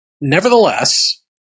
Nevertheless